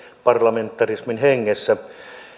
parlamentarismin hengessä